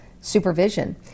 supervision